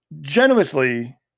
generously